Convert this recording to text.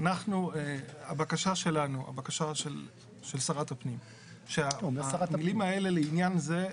הבקשה של שרת הפנים שהמילים "לעניין זה"